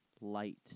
light